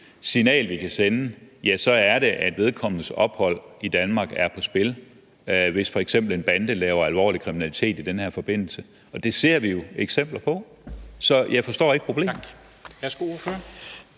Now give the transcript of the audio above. signal, vi kan sende, er det, at vedkommendes ophold i Danmark er på spil, hvis f.eks. en bande laver alvorlig kriminalitet i den her forbindelse. Og det ser vi jo eksempler på. Så jeg forstår ikke problemet.